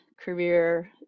career